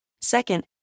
Second